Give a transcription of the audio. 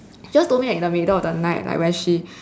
just told me at the middle of the night when she